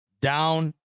down